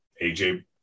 AJ